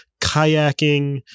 kayaking